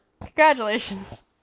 congratulations